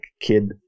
kid